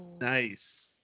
Nice